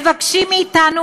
מבקשים מאתנו